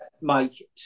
Mike